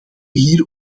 hier